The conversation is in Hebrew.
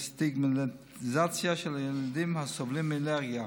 בסטיגמטיזציה של הילדים הסובלים מאלרגיה.